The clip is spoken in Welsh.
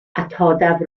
atodaf